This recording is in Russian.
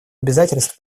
обязательств